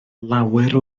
lawer